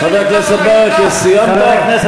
חבר הכנסת ברכה, תודה.